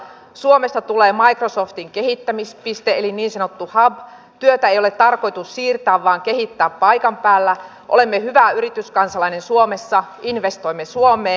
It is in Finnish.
suomesta tulee microsoftin kehittämispiste eli niin sanottu hub työtä ei ole tarkoitus siirtää vaan kehittää paikan päällä olemme hyvä yrityskansalainen suomessa investoimme suomeen